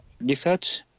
research